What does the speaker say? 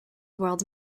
world